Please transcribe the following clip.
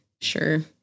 Sure